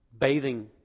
bathing